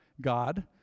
god